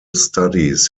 studies